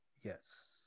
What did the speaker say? Yes